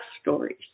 Stories